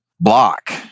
block